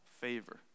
favor